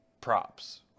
props